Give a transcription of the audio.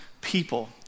people